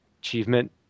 achievement